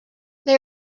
they